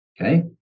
Okay